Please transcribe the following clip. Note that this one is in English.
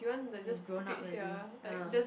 you've grown up already ah